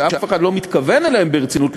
שאף אחד לא מתכוון אליהם ברצינות,